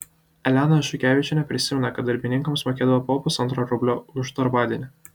elena šukevičienė prisimena kad darbininkams mokėdavo po pusantro rublio už darbadienį